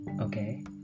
Okay